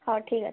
ହଉ ଠିକ୍ ଅଛି